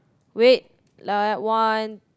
wait like one